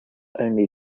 only